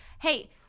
Hey